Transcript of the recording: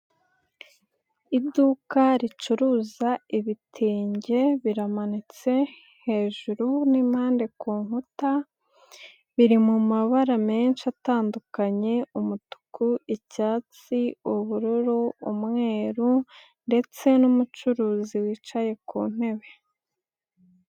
Iduka ricuruza ibitenge biramanitse hejuru n'impande ku nkuta, biri mabara menshi atandukanye umutuku, icyatsi, ubururu, umweru, ndetse n'umucuruzi wicaye ku ntebe.